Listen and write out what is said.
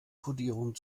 kodierung